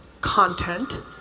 Content